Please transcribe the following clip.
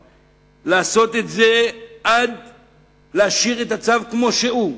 להשאיר את הצו כמו שהוא,